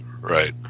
Right